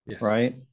right